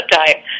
time